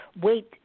wait